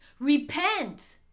repent